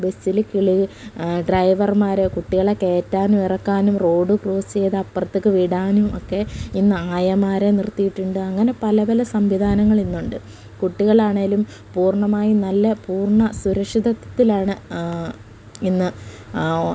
ബസ്സിൽ കിളി ഡ്രൈവർമാർ കുട്ടികളെ കയറ്റാനും ഇറക്കാനും റോഡ് ക്ളോസ് ചെയ്ത് അപ്പുറത്തേക്ക് വിടാനും ഒക്കെ ഇന്ന് ആയമാരെ നിർത്തിയിട്ടുണ്ട് അങ്ങനെ പല പല സംവിധാനങ്ങൾ ഇന്നുണ്ട് കുട്ടികളാണേലും പൂർണ്ണമായി നല്ല പൂർണ്ണ സുരക്ഷിതത്വത്തിലാണ് ഇന്ന്